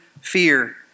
fear